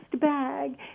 bag